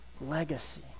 legacy